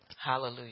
hallelujah